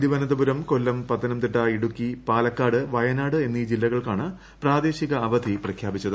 തിരുവനന്തപുരം കൊല്ലം പത്തനംതിട്ട ഇടുക്കി പാലക്കാട് വയനാട് എന്നീ ജില്ലകൾക്കാണ് പ്രാദേശിക അവധി പ്രഖ്യാപിച്ചത്